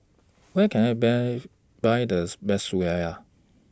Where Can I Buy Buy thus Best Kueh Syara